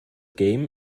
game